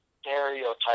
stereotype